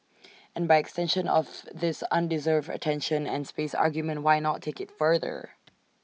and by extension of this undeserved attention and space argument why not take IT further